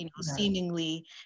seemingly